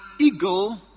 eagle